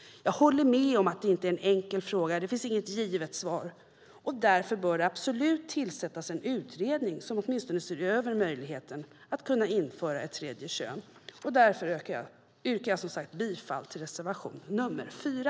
Jag håller med om att det inte är en enkel fråga. Det finns inget givet svar. Därför bör det absolut tillsättas en utredning som åtminstone ser över möjligheten att införa ett tredje kön. Därför yrkar jag bifall till reservation 4.